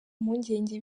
mpungenge